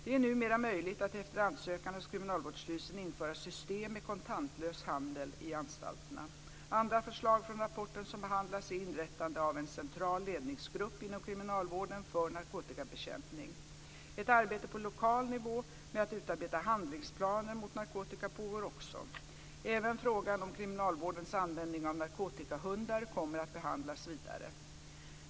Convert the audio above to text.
Det är numera möjligt att efter ansökan hos Kriminalvårdsstyrelsen införa system med kontantlös handel i anstalterna. Andra förslag från rapporten som behandlas är inrättandet av en central ledningsgrupp inom kriminalvården för narkotikabekämpning. Ett arbete på lokal nivå med att utarbeta handlingsplaner mot narkotika pågår också. Även frågan om kriminalvårdens användning av narkotikahundar kommer att behandlas vidare.